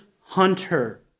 hunter